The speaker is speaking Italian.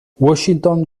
washington